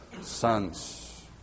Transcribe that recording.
sons